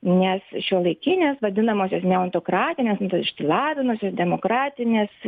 nes šiuolaikinės vadinamosios ne autokratinės išsilavinusios demokratinės